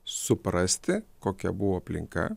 suprasti kokia buvo aplinka